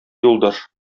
юлдаш